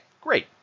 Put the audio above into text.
great